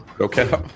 Okay